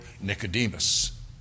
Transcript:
Nicodemus